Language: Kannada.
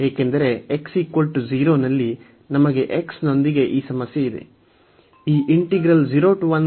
ಏಕೆಂದರೆ x 0 ನಲ್ಲಿ ನಮಗೆ x ನೊಂದಿಗೆ ಈ ಸಮಸ್ಯೆ ಇದೆ